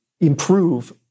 improve